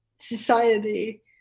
society